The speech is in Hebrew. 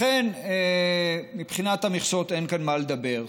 לכן, מבחינת המכסות אין כאן מה לדבר.